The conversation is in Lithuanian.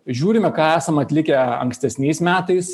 žiūrime ką esam atlikę ankstesniais metais